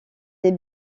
des